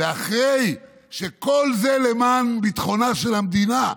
אחרי שכל זה הושג למען ביטחונה של המדינה,